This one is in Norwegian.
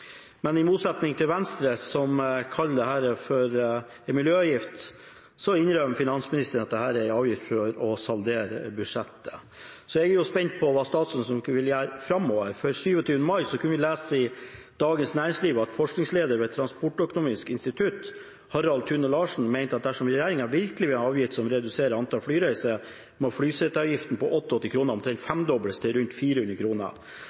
Men i motsetning til Venstre, som kaller dette en miljøavgift, innrømmer finansministeren at dette er en avgift for å saldere budsjettet. Jeg er spent på hva statsråden vil gjøre framover. 27. mai kunne vi lese i Dagens Næringsliv at forskningsleder ved Transportøkonomisk institutt, Harald Thune-Larsen, mente at dersom regjeringen virkelig vil ha en avgift som reduserer antallet flyreiser, må flyseteavgiften på 88 kr omtrent femdobles til rundt 400